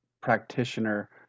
practitioner